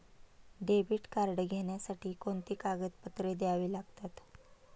Debit card घेण्यासाठी कोणती कागदपत्रे द्यावी लागतात?